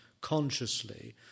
consciously